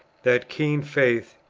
that keen faith,